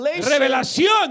revelación